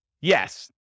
Yes